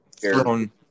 Thrown